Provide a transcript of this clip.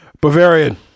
Bavarian